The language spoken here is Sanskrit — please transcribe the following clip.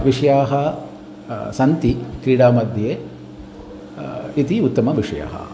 विषयाः सन्ति क्रीडामध्ये इति उत्तमः विषयः